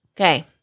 Okay